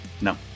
No